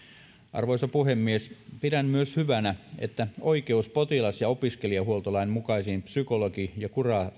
arvoisa puhemies pidän myös hyvänä että oikeus potilas ja opiskelijahuoltolain mukaisiin psykologi ja